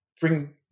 bring